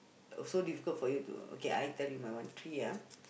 so difficult for you to okay I tell you my one three ah